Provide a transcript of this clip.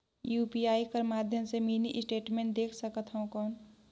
UPI कर माध्यम से मिनी स्टेटमेंट देख सकथव कौन?